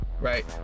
right